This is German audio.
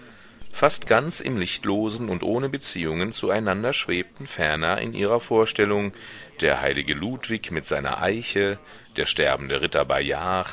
fast ganz im lichtlosen und ohne beziehungen zueinander schwebten ferner in ihrer vorstellung der heilige ludwig mit seiner eiche der sterbende ritter bayard